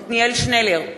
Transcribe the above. עתניאל שנלר,